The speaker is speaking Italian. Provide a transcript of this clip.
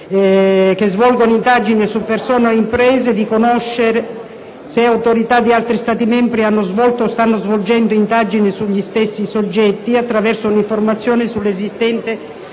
che svolgono indagini su persone o imprese di conoscere se autorità di altri Stati membri hanno svolto o stanno svolgendo indagini sugli stessi soggetti, attraverso un'informazione sull'esistenza